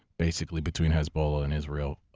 basically between hezbollah and israel.